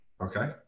Okay